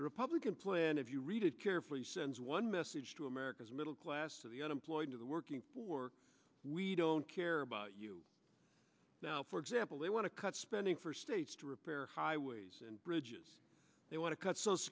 the republican plan if you read it carefully sends one message to america's middle class to the unemployed to the working poor we don't care about now for example they want to cut spending for states to repair highways and bridges they want to cut social